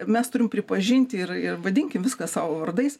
mes turim pripažinti ir ir vadinkim viską savo vardais